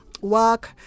work